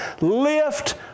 lift